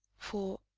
for,